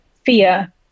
Fear